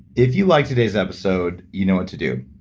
if you liked today's episode, you know what to do.